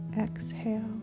exhale